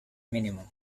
minimum